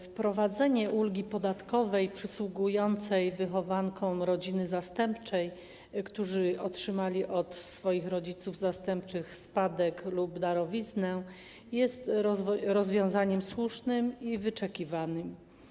Wprowadzenie ulgi podatkowej przysługującej wychowankom rodziny zastępczej, którzy otrzymali od swoich rodziców zastępczych spadek lub darowiznę, jest rozwiązanym słusznym i oczekiwanym.